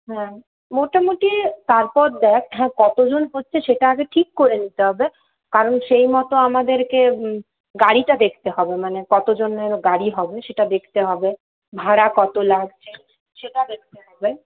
হ্যাঁ মোটামুটি তারপর দেখ হ্যাঁ কতজন হচ্ছে সেটা আগে ঠিক করে নিতে হবে কারণ সেই মতো আমাদেরকে গাড়িটা দেখতে হবে মানে কতজনের গাড়ি হবে সেটা দেখতে হবে ভাড়া কত লাগছে সেটা দেখতে হবে